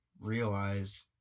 realize